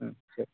ಹ್ಞೂ ಸರಿ